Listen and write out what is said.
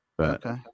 Okay